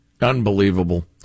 Unbelievable